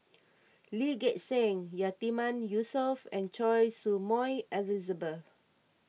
Lee Gek Seng Yatiman Yusof and Choy Su Moi Elizabeth